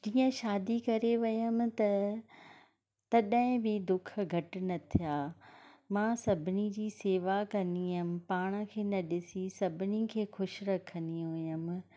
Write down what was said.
जीअं शादी करे वयम त तॾहिं बि दुख घटि न थिया मां सभिनी जी शेवा कंदी हुअमि पाण खे न ॾिसी सभिनी खे ख़ुशि रखंदी हुअमि